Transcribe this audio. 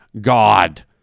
God